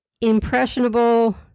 impressionable